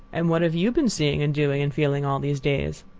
and what have you been seeing and doing and feeling all these days?